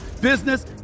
business